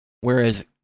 Whereas